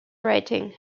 writing